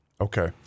Okay